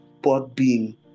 Podbean